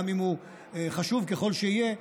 גם אם הוא חשוב ככל שיהיה,